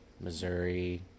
Missouri